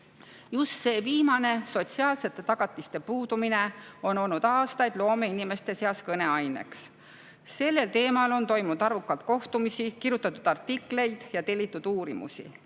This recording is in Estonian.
Just see viimane, sotsiaalsete tagatiste puudumine, on olnud aastaid loomeinimeste seas kõneaineks. Sellel teemal on toimunud arvukalt kohtumisi, kirjutatud artikleid ja tellitud uurimusi.